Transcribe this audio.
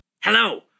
Hello